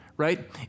right